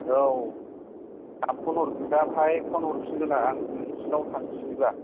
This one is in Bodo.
औ आं फन दा बाहाय फन हरफिनगोन आं नोंसिनाव थांसैबा